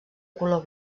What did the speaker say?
color